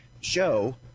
show